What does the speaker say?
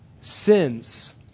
sins